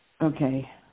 Okay